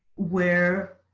where